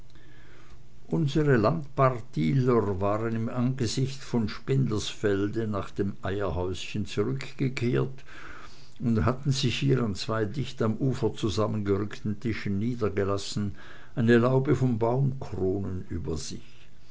unsere landpartieler waren im angesicht von spindlersfelde nach dem eierhäuschen zurückgekehrt und hatten sich hier an zwei dicht am ufer zusammengerückten tischen niedergelassen eine laube von baumkronen über sich